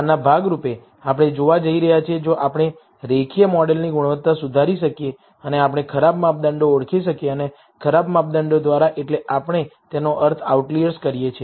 આના ભાગ રૂપે આપણે જોવા જઈ રહ્યા છીએ જો આપણે રેખીય મોડેલની ગુણવત્તા સુધારી શકીએ અને આપણે ખરાબ માપદંડો ઓળખી શકીએ અને ખરાબ માપદંડો દ્વારા એટલે આપણે તેનો અર્થ આઉટલિઅર્સ કરીએ છીએ